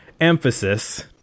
emphasis